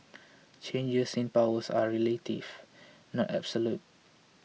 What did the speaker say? changes in power are relative not absolute